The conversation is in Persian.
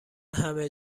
همه